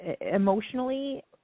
emotionally